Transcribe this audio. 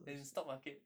as in stock market